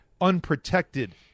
unprotected